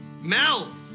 Mel